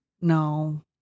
No